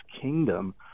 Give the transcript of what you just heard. kingdom